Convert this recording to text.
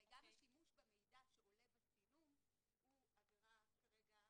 הרי גם השימוש במידע שעולה מהצילום הוא עבירה כרגע